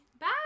bye